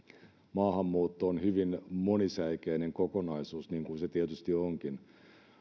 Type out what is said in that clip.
maahanmuutto on hyvin monisäikeinen kokonaisuus niin kuin se tietysti onkin